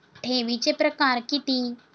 ठेवीचे प्रकार किती?